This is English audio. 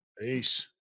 Peace